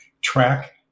track